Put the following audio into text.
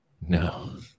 No